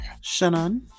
Shannon